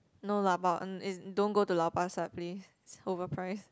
no lah but uh as in don't go to lau-pa-sat please it's overpriced